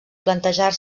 plantejar